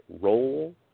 roll